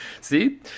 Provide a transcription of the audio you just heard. see